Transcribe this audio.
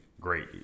great